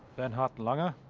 bernhard langer